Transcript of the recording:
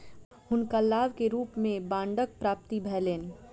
हुनका लाभ के रूप में बांडक प्राप्ति भेलैन